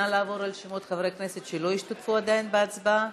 נא לעבור על שמות חברי הכנסת שלא השתתפו עדיין בהצבעה.